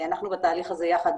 אנחנו בתהליך הזה יחד,